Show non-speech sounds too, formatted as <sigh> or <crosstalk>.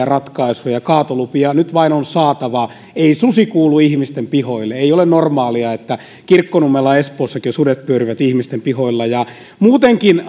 <unintelligible> ratkaisuja kaatolupia nyt vain on saatava ei susi kuulu ihmisten pihoille ei ole normaalia että kirkkonummella ja espoossakin jo sudet pyörivät ihmisten pihoilla muutenkin <unintelligible>